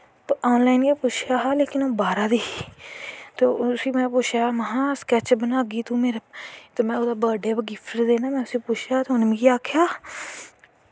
ते online गै पुच्छेआ हा बाह्रै दी ही उसी पुच्चेआ महां स्कैच बनागी महां मेरा ते में उसी बर्थ डे पर गिफ्ट देनां हा में उसी पुच्छेआ हा